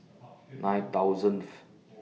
nine thousandth